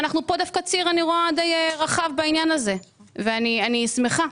אנחנו פה דווקא ציר די רחב בעניין הזה ואני שמחה.